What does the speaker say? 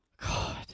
God